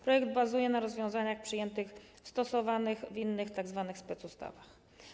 Projekt bazuje na rozwiązaniach przyjętych i stosowanych w innych tzw. specustawach.